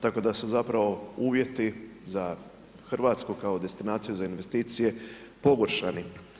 Tako da su zapravo uvjeti za Hrvatsku kao destinaciju za investicije pogoršani.